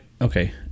okay